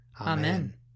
Amen